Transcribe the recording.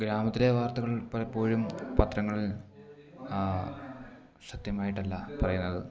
ഗ്രാമത്തിലേ വാർത്തകൾ പലപ്പോഴും പത്രങ്ങളിൽ സത്യമായിട്ടല്ല പറയുന്നത്